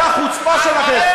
זו החוצפה שלכם.